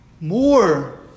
more